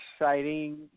exciting